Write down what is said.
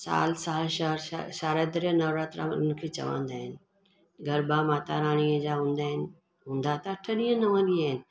साल साल छह छह शारदीय नवरात्राऊं हुनखे चवंदा आहिनि गरबा माता राणीअ जा हूंदा आहिनि हूंदा त अठ ॾींहं नव ॾींहं आहिनि